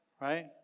right